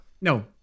No